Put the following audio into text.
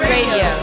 Radio